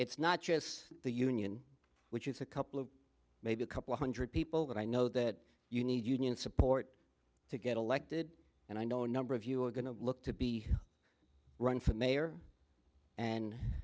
it's not just the union which is a couple of maybe a couple hundred people that i know that you need union support to get elected and i know number of you are going to look to be run for mayor and